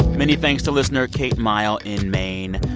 many thanks to listener kate mile in maine.